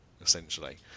essentially